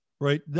Right